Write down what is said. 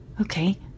Okay